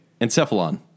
Encephalon